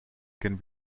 can